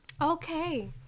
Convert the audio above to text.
Okay